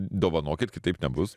dovanokit kitaip nebus